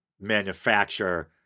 manufacture